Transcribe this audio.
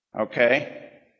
okay